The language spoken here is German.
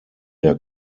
der